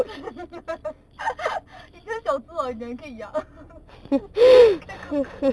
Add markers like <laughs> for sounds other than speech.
<laughs> actually 很小子你讲可以养 <laughs> I scared cockroach